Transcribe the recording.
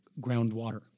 Groundwater